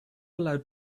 allowed